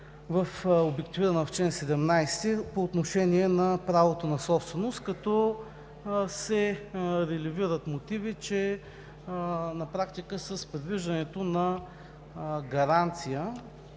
обективирана в чл. 17 по отношение на правото на собственост, като се релевират мотиви, че с предвиждането на гаранция,